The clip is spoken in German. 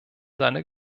seiner